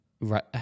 Right